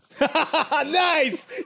Nice